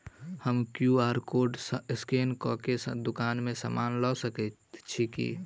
हम QR code scan कऽ केँ दुकान मे समान लऽ सकैत छी की?